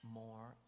more